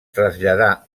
traslladà